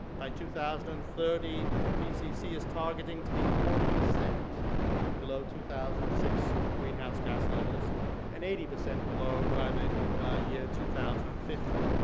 by two thousand and thirty pcc is targeting to be forty percent below two thousand and six greenhouse gas levels and eighty percent below by the year two thousand and fifty.